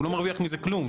הוא לא מרוויח מזה כלום,